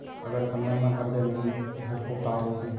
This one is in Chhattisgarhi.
अगर समय मा कर्जा नहीं भरबों का होई?